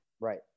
right